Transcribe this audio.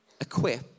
equip